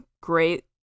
great